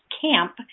camp